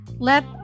Let